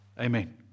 Amen